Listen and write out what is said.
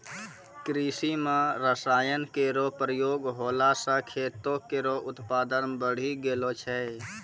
कृषि म रसायन केरो प्रयोग होला सँ खेतो केरो उत्पादन बढ़ी गेलो छै